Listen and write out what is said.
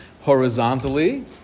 horizontally